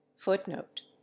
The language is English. Footnote